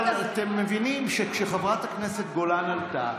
אבל אתם מבינים שכשחברת הכנסת גולן עלתה,